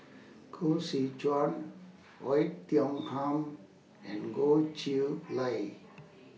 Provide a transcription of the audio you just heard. Koh Seow Chuan Oei Tiong Ham and Goh Chiew Lye